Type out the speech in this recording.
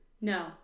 No